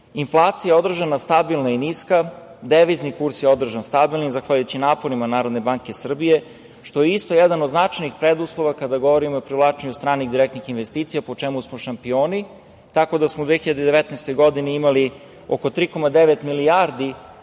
procenat. Inflacija je održana stabilna i niska, devizni kurs je održan stabilnim, zahvaljujući naporima Narodne banke Srbije, što je isto jedan od značajnih preduslova kada govorimo o privlačenju stranih direktnih investicija, po čemu smo šampioni, tako da smo u 2019. godini imali oko 3,9 milijardi